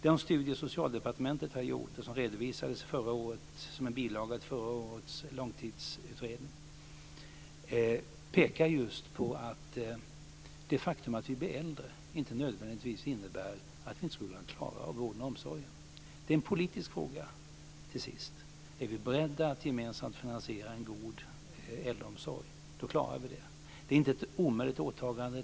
Den studie som Socialdepartementet har gjort och som redovisades som en bilaga till förra årets långtidsutredning pekar just på att det faktum att vi blir äldre inte nödvändigtvis innebär att vi inte skulle kunna klara vården och omsorgen. Det är till sist en politisk fråga. Är vi beredda att gemensamt finansiera en god äldreomsorg klarar vi det. Det är inte ett omöjligt åtagande.